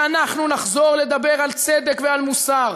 שאנחנו נחזור לדבר על צדק ועל מוסר,